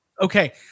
okay